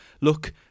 look